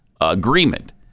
Agreement